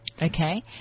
Okay